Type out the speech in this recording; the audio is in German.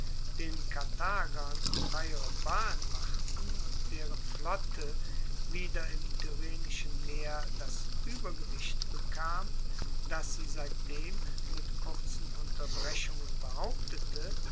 den karthagern freiere bahn machten und deren flotte wieder im tyrrhenischen meer das uebergewicht bekam das sie seitdem mit kurzen unterbrechungen behauptete